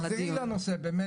הרי את תחזרי לנושא הזה ממילא.